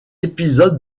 épisode